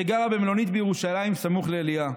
שגרה במלונית בירושלים סמוך לאליה.